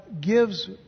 gives